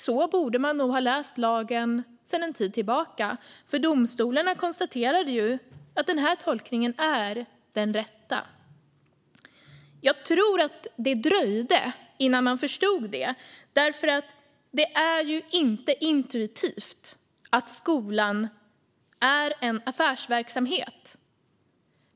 Så borde man nog ha läst lagen sedan en tid tillbaka, för domstolarna konstaterade att den här tolkningen är den rätta. Jag tror att det dröjde innan man förstod det, för det är ju inte intuitivt att skolan är en affärsverksamhet.